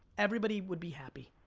everybody would be happy.